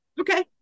Okay